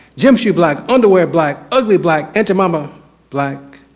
gym shoe black, underwear black, ugly black, anti-mama black,